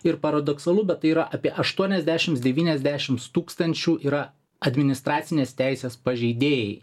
ir paradoksalu bet tai yra apie aštuoniasdešims devyniasdešims tūkstančių yra administracinės teisės pažeidėjai